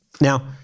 Now